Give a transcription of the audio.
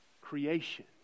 creation